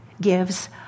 gives